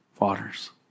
waters